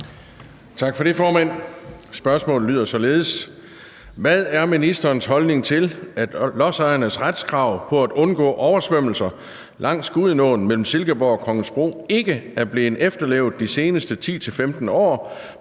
Tak for det, formand. Spørgsmålet lyder således: Hvad er ministerens holdning til, at lodsejernes retskrav på at undgå oversvømmelser langs Gudenåen mellem Silkeborg og Kongensbro ikke er blevet efterlevet i de seneste 10-15 år